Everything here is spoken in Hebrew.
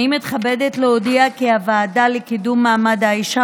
אני מתכבדת להודיע כי הוועדה לקידום מעמד האישה